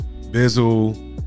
Bizzle